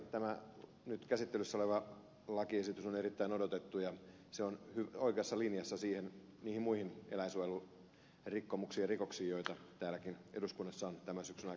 tämä nyt käsittelyssä oleva lakiesitys on erittäin odotettu ja se on oikeassa linjassa niihin muihin eläinsuojelurikkomuksiin ja rikoksiin joita täälläkin eduskunnassa on tämän syksyn aikana käsitelty